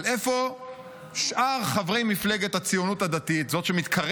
אבל איפה שאר חברי מפלגת הציונות הדתית,